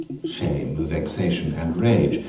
shame, vexation, and rage,